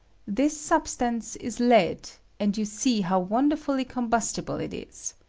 this substance is lead, and you see how wonderfully combustible it is.